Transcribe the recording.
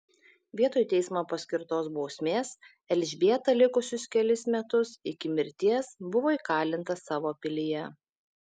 vietoj teismo paskirtos bausmės elžbieta likusius kelis metus iki mirties buvo įkalinta savo pilyje